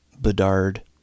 Bedard